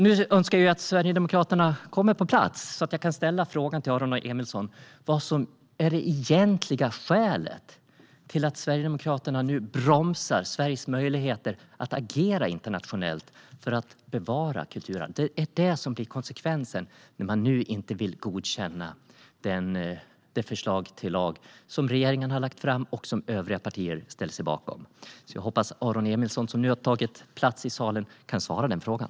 Nu önskar jag att Sverigedemokraterna kommer på plats så att jag kan fråga Aron Emilsson vilket som är det egentliga skälet till att Sverigedemokraterna nu bromsar Sveriges möjligheter att agera internationellt för att bevara kulturarv. Det är det som blir konsekvensen när man nu inte vill godkänna det förslag till lag som regeringen har lagt fram och övriga partier ställer sig bakom. Jag hoppas att Aron Emilsson, som nu har tagit plats i salen, kan svara på den frågan.